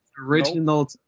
Original